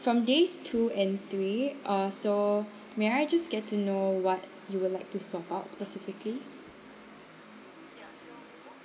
from days two and three uh so may I just get to know what you would like to swap out specifically